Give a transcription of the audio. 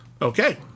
Okay